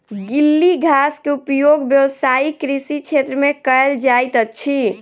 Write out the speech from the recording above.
गीली घास के उपयोग व्यावसायिक कृषि क्षेत्र में कयल जाइत अछि